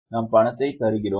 நாம் பணத்தை தருகிறோம்